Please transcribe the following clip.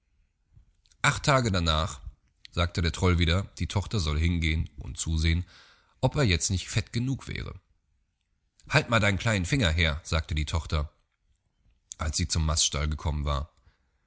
acht tage darnach sagte der troll wieder die tochter solle hingehen und zusehen ob er jetzt nicht fett genug wäre halt mal deinen kleinen finger her sagte die tochter als sie zum maststall gekommen war